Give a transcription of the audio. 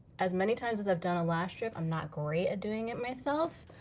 as many times as i've done a lash strip, i'm not great at doing it myself.